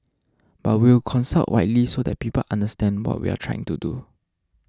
but we'll consult widely so that people understand what we're trying to do